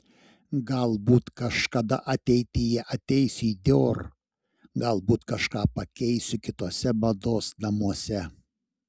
galbūt kažkada ateityje ateisiu į dior galbūt kažką pakeisiu kituose mados namuose